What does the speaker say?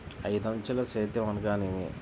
ఐదంచెల సేద్యం అనగా నేమి?